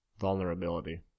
vulnerability